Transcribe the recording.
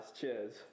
Cheers